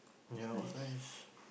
ya was nice